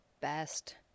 best